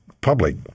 public